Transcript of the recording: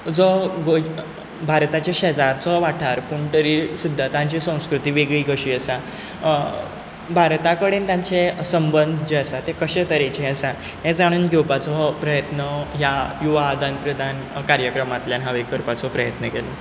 जो गोंय भारताच्या शेजारचो वाठार पूण तरी सुद्दां तांची संस्कृती वेगळी कशीं आसा भारता कडेन तांचे सबंद जें आसात तें कशें तरेचें आसा हें जाणून घेवपाचो प्रयत्न ह्या युवा आदान प्रदान कार्यक्रमांतल्यान हांवें करपाचो प्रयत्न केलो